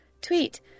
tweet